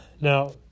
now